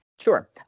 Sure